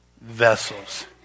vessels